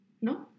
No